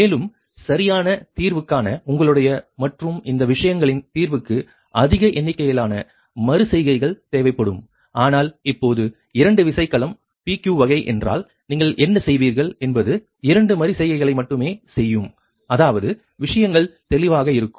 மேலும் சரியான தீர்வுக்கான உங்களுடைய மற்றும் இந்த விஷயங்களின் தீர்வுக்கு அதிக எண்ணிக்கையிலான மறு செய்கைகள் தேவைப்படும் ஆனால் இப்போது இரண்டு விசைக்கலம் PQ வகை என்றால் நீங்கள் என்ன செய்வீர்கள் என்பது இரண்டு மறு செய்கைகளை மட்டுமே செய்யும் அதாவது விஷயங்கள் தெளிவாக இருக்கும்